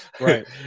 Right